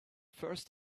first